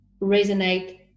resonate